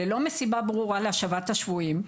ללא סיבה ברורה להשבת השבויים,